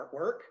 artwork